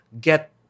get